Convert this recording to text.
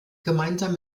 gemeinsam